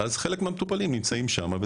חלק מהמטופלים נמצאים שם,